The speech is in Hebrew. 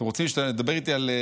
אתם רוצים לדבר איתי על,